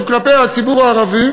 כלפי הציבור הערבי: